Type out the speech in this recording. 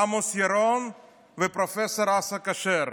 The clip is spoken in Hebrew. עמוס ירון ופרופ' אסא כשר.